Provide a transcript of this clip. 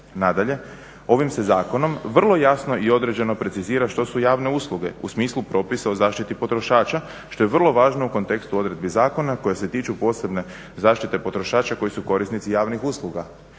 Nadalje, ovim se zakonom vrlo jasno i određeno precizira što su javne usluge u smislu propisa o zaštiti potrošača što je vrlo važno u kontekstu odredbi zakona koje se tiču posebne zaštite potrošača koji su korisnici javnih usluga.